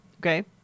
okay